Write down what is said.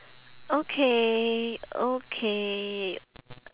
okay okay